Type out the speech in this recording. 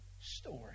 story